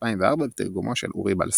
2004 בתרגומו של אורי בלסם